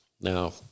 Now